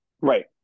right